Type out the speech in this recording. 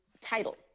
title